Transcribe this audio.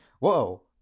Whoa